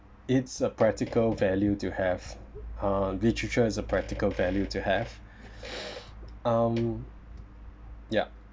it's a practical value to have uh literature is a practical value to have um yup